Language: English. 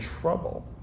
trouble